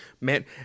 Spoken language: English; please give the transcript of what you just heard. man